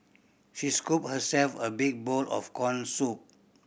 she scooped herself a big bowl of corn soup